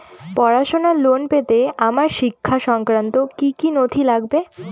পড়াশুনোর লোন পেতে আমার শিক্ষা সংক্রান্ত কি কি নথি লাগবে?